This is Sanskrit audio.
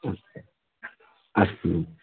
अस्तु अस्तु